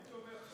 מי תומך בה?